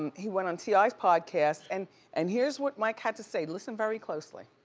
and he went on t i s podcast and and here's what mike had to say. listen very closely.